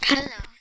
Hello